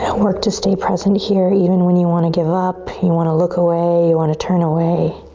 and work to stay present here even when you want to give up, you want to look away, you want to turn away.